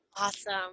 Awesome